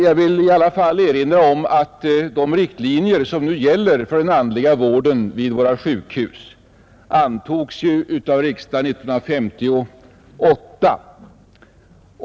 Jag vill i alla fall erinra om att de riktlinjer som nu gäller för den andliga vården vid våra sjukhus antogs av riksdagen 1958.